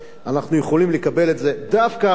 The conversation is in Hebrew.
אנחנו יכולים לקבל את זה דווקא עכשיו,